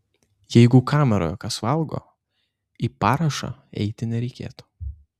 jeigu kameroje kas valgo į parašą eiti nereikėtų